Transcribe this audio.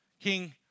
king